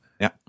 Ja